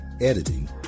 editing